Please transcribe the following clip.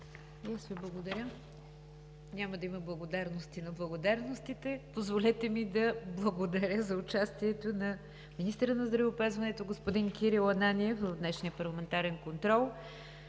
аз Ви благодаря. Няма да има благодарности на благодарностите. Позволете ми да благодаря за участието на министъра на здравеопазването господин Кирил Ананиев в днешния парламентарен контрол.